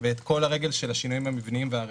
ואת כל הרגל של השינויים המבניים והרפורמות.